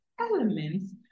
elements